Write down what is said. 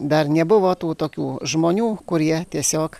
dar nebuvo tų tokių žmonių kurie tiesiog